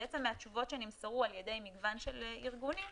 בעצם מהתשובות שנמסרו על ידי מגוון של ארגונים,